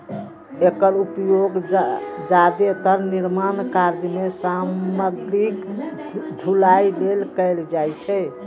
एकर उपयोग जादेतर निर्माण कार्य मे सामग्रीक ढुलाइ लेल कैल जाइ छै